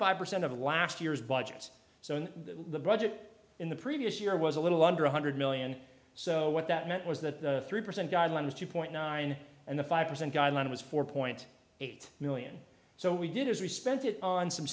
five percent of last year's budgets so in the budget in the previous year was a little under one hundred million so what that meant was that three percent guideline was two point nine and the five percent guideline was four point eight million so we did as we spent it on some